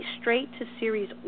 straight-to-series